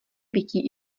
vytí